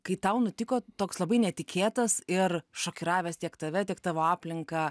kai tau nutiko toks labai netikėtas ir šokiravęs tiek tave tiek tavo aplinką